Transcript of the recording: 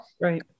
Right